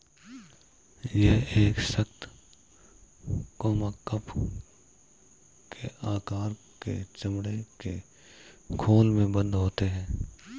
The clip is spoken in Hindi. यह एक सख्त, कप के आकार के चमड़े के खोल में बन्द होते हैं